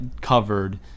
covered